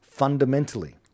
Fundamentally